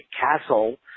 Castle